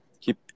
keep